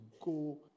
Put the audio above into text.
go